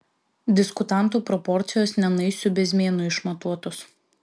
diskutantų proporcijos ne naisių bezmėnu išmatuotos